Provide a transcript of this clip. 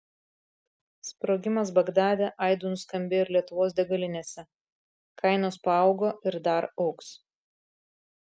sprogimas bagdade aidu nuskambėjo ir lietuvos degalinėse kainos paaugo ir dar augs